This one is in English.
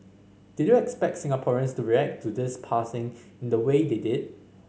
did you expect Singaporeans to react to this passing in the way they did